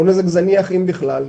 הוא נזק זניח אם בכלל.